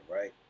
right